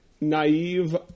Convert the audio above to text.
naive